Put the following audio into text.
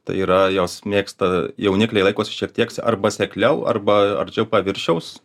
tai yra jos mėgsta jaunikliai laikosi šiek tiek s arba sekliau arba arčiau paviršiaus